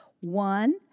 One